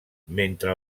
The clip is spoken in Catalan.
mentre